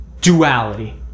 duality